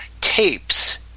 tapes